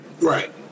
Right